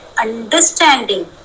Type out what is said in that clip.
understanding